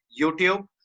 YouTube